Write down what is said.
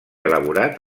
elaborat